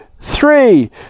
three